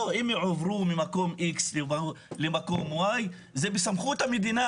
לא, הם הועברו למקום אחד לאחר, זה בסמכות המדינה.